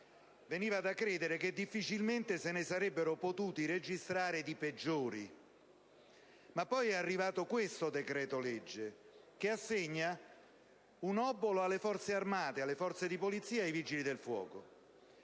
veniva da credere che difficilmente se ne sarebbero potuti registrare di peggiori. Ma poi è arrivato questo decreto-legge, che assegna un obolo alle Forze armate, alle Forze di polizia e ai Vigili del fuoco.